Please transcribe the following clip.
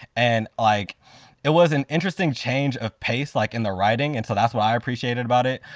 and like it was an interesting change of pace like in the writing. and so that's what i appreciated about it.